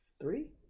three